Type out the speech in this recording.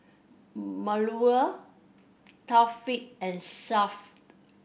Melur Taufik and Shuib